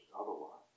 otherwise